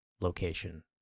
location